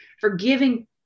Forgiving